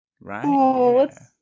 right